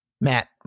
Matt